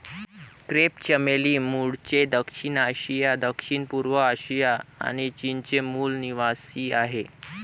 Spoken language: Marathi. क्रेप चमेली मूळचे दक्षिण आशिया, दक्षिणपूर्व आशिया आणि चीनचे मूल निवासीआहे